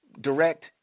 direct